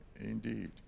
indeed